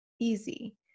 easy